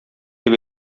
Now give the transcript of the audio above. дип